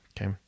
Okay